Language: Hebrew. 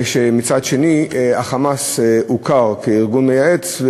כשמצד שני ה"חמאס" הוכר כארגון מייעץ.